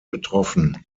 betroffen